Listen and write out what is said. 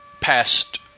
past